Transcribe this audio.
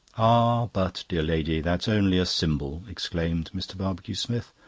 ah, but, dear lady, that's only a symbol, exclaimed mr. barbecue-smith,